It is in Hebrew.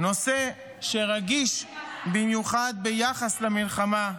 נושא שרגיש במיוחד ביחס למלחמה,